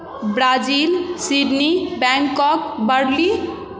Brazil Sydney Bangkok Berlin